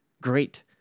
Great